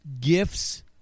gifts